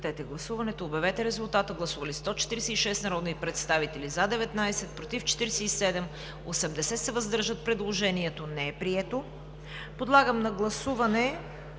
Подлагам на гласуване